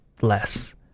less